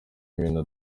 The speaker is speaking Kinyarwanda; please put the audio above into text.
ibintu